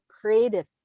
creative